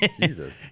Jesus